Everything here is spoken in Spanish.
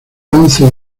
once